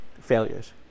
failures